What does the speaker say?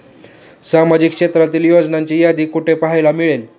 सामाजिक क्षेत्र योजनांची यादी कुठे पाहायला मिळेल?